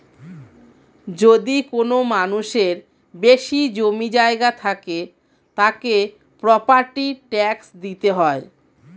যদি কোনো মানুষের বেশি জমি জায়গা থাকে, তাকে প্রপার্টি ট্যাক্স দিতে হয়